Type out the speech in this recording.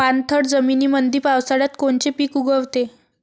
पाणथळ जमीनीमंदी पावसाळ्यात कोनचे पिक उगवते?